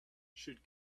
should